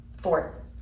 fort